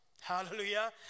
Hallelujah